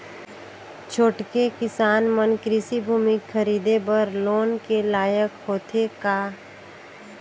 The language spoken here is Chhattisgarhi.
छोटके किसान मन कृषि भूमि खरीदे बर लोन के लायक होथे का?